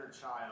child